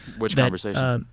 which conversations? um